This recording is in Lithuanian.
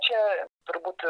čia turbūt